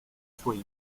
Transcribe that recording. suoi